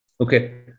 Okay